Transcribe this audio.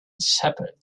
shepherds